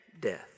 death